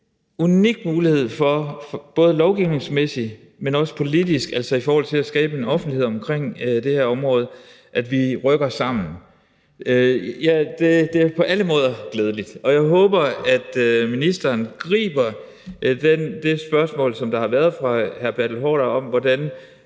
unik mulighed for – både lovgivningsmæssigt, men også politisk, altså i forhold til at skabe en offentlighed omkring det her område – at rykke sammen. Det er på alle måder glædeligt, og jeg håber, at ministeren griber det spørgsmål, som der har været fra hr. Bertel Haarder, om, hvordan